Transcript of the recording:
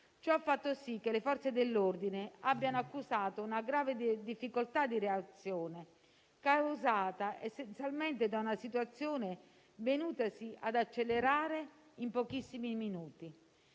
Ciò ha fatto sì che le Forze dell'ordine abbiano accusato una grave difficoltà di reazione, causata essenzialmente da una situazione venutasi ad accelerare in pochissimi minuti;